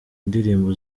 indirimbo